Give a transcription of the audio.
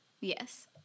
Yes